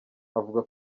avuga